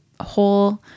whole